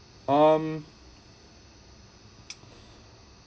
um